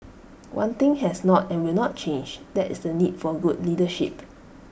one thing has not and will not change that is the need for good leadership